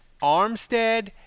Armstead